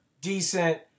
decent